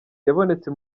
yabonetse